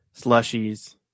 slushies